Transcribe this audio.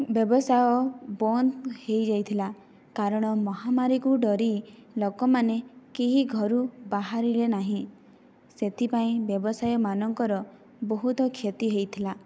ବ୍ୟବସାୟ ବନ୍ଦ ହୋଇଯାଇଥିଲା କାରଣ ମହାମାରୀକୁ ଡରି ଲୋକମାନେ କେହି ଘରୁ ବାହାରିଲେ ନାହିଁ ସେଥିପାଇଁ ବ୍ୟବସାୟ ମାନଙ୍କର ବହୁତ କ୍ଷତି ହୋଇଥିଲା